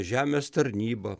žemės tarnyba